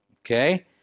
Okay